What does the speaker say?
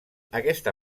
aquesta